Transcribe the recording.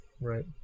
Right